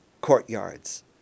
courtyards